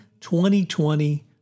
2020